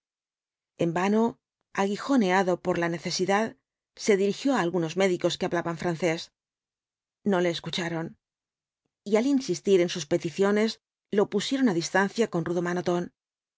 en vano aguijoneado por la necesidad se dirigió á algunos médicos que hablaban francés ne le escucha v blasco ibáíbx ron y al inbistir en sus peticiones lo pusieron á distancia con rudo manotón